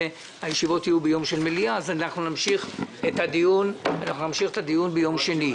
אנחנו נמשיך את הדיון ביום שני.